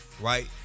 right